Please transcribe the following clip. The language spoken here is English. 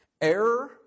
Error